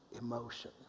emotion